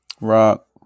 Rock